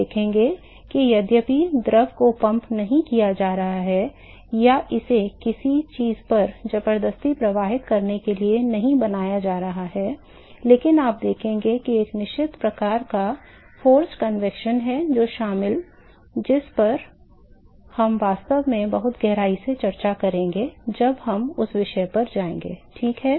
हम देखेंगे कि यद्यपि द्रव को पंप नहीं किया जा रहा है या इसे किसी चीज़ पर जबरदस्ती प्रवाहित करने के लिए नहीं बनाया जा रहा है लेकिन आप देखेंगे कि एक निश्चित प्रकार का जबरन संवहन है जो शामिल जिस पर हम वास्तव में बहुत गहराई से चर्चा करेंगे जब हम उस विषय पर जाएंगे ठीक है